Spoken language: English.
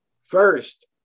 First